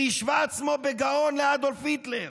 שהשווה עצמו בגאון לאדולף היטלר,